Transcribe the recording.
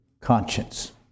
conscience